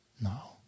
now